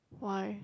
why